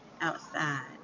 outside